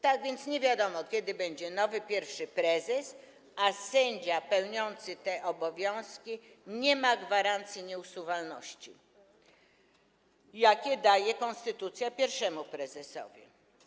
Tak więc nie wiadomo, kiedy będzie nowy pierwszy prezes, a sędzia pełniący te obowiązki nie ma gwarancji nieusuwalności, jakie daje konstytucja pierwszemu prezesowi.